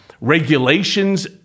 regulations